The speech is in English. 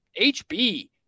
HB